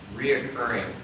reoccurring